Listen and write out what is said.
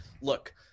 look